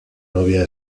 novia